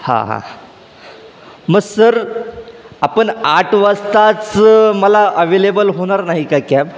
हां हां मग सर आपण आठ वाजताच मला अवेलेबल होणार नाही का कॅब